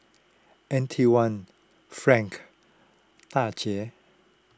Antione Frank Daija